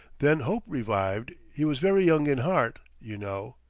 then hope revived he was very young in heart, you know.